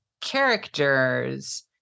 characters